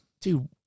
Dude